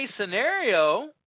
scenario